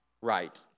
right